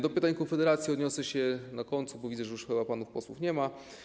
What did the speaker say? Do pytań Konfederacji odniosę się na końcu, bo widzę, że już chyba panów posłów nie ma.